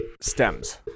stems